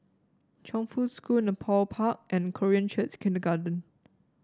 Chongfu School Nepal Park and Korean Church Kindergarten